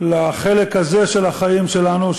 לחלק הזה של החיים שלנו,